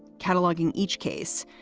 cataloguing each case,